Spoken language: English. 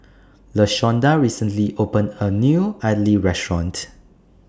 Lashonda recently opened A New Idly Restaurant